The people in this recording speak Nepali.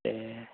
ए